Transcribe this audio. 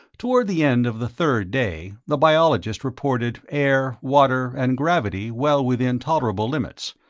toward the end of the third day, the biologist reported air, water and gravity well within tolerable limits,